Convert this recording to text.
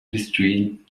between